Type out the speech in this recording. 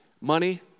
Money